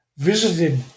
visited